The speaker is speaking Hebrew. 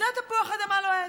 זה תפוח אדמה לוהט.